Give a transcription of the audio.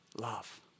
love